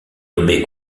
nommé